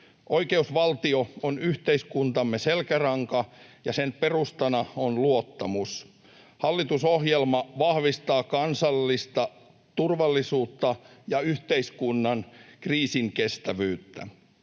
Oikeusvaltio on yhteiskuntamme selkäranka, ja sen perustana on luottamus. Hallitusohjelma vahvistaa kansallista turvallisuutta ja yhteiskunnan kriisinkestävyyttä.